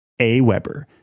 Aweber